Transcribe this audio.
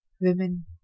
women